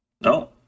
No